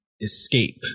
escape